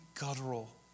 guttural